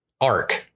arc